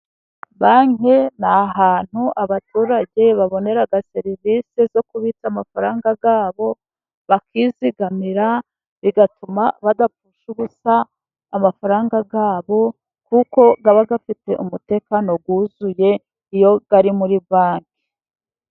Banke ni ahantu abaturage babonera serivisi zo kubitsa amafaranga yabo bakizigamira ,bigatuma badapfusha ubusa amafaranga yabo, kuko aba afite umutekano wuzuye iyo ari muri banki.